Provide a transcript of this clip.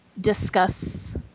discuss